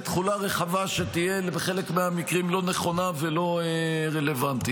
תחולה רחבה שתהיה בחלק מהמקרים לא נכונה ולא רלוונטית.